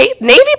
Navy